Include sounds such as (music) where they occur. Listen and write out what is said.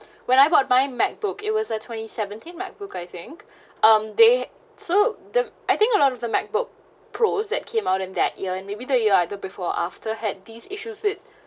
when I bought my macbook it was a twenty seventeen macbook I think (breath) um they so the I think a lot of the macbook pros that came out in that year and maybe the year either before or after had these issues with